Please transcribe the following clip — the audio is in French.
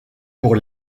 pour